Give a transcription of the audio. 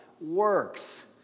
Works